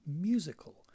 musical